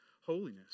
holiness